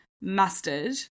mustard